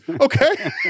okay